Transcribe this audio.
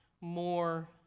more